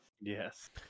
Yes